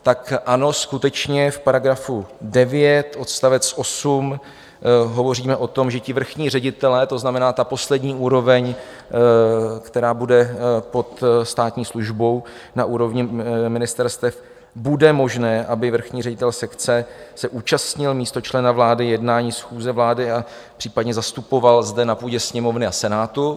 Tak ano, skutečně, v § 9 odst. 8 hovoříme o tom, že vrchní ředitelé, to znamená ta poslední úroveň, která bude pod státní službou na úrovni ministerstev, bude možné, aby vrchní ředitel sekce se účastnil místo člena vlády jednání schůze vlády a případně zastupoval ministra zde na půdě Sněmovny a Senátu.